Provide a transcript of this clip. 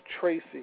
tracy